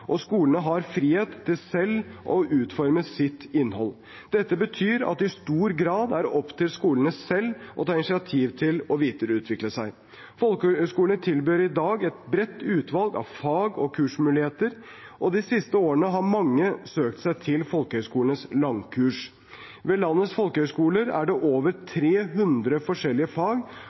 og skolene har frihet til selv å utforme sitt innhold. Dette betyr at det i stor grad er opp til skolene selv å ta initiativ til å videreutvikle seg. Folkehøyskolene tilbyr i dag et bredt utvalg av fag- og kursmuligheter, og de siste årene har mange søkt seg til folkehøyskolenes langkurs. Ved landets folkehøyskoler er det over 300 forskjellige fag,